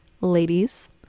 ladies